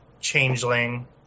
changeling